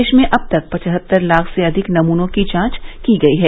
देश में अब तक पचहत्तर लाख से अधिक नमूनों की जांच की गई है